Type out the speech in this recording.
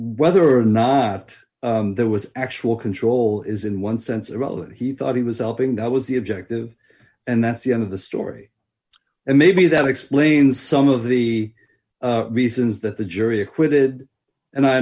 whether or not there was actual control is in one sense about it he thought he was helping that was the objective and that's the end of the story and maybe that explains some of the reasons that the jury acquitted and i